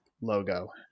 logo